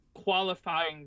Qualifying